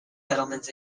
settlements